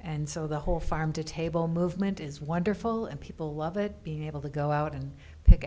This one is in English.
and so the whole farm to table movement is wonderful and people love it being able to go out and pick